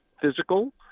physical